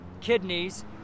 kidneys